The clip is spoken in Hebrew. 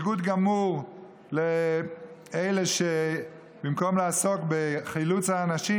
בניגוד גמור לאלה שבמקום לעסוק בחילוץ האנשים